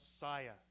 Messiah